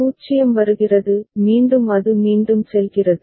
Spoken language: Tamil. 0 வருகிறது மீண்டும் அது மீண்டும் செல்கிறது